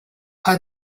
are